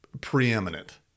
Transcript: preeminent